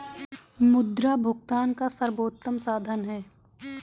मुद्रा भुगतान का सर्वोत्तम साधन है